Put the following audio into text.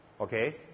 Okay